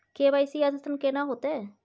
KYC अद्यतन केना होतै?